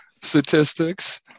statistics